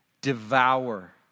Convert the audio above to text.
devour